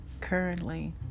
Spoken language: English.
currently